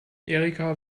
erika